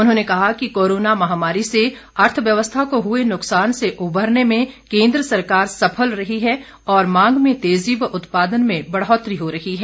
उन्होंने कहा कि कोरोना महामारी से अर्थव्यवस्था को हुए नुकसान से उबरने में केंद्र सरकार सफल रही है और मांग में तेजी व उत्पादन में बढ़ौतरी हो रही है